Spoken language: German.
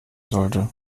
sollte